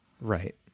Right